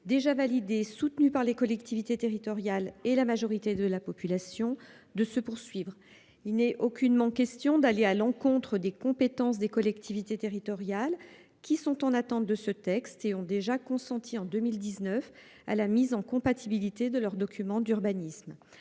déjà validé soutenu par les collectivités territoriales et la majorité de la population de se poursuivre. Il n'est aucunement question d'aller à l'encontre des compétences des collectivités territoriales qui sont en attente de ce texte et ont déjà consenti en 2019 à la mise en compatibilité de leurs documents d'urbanisme.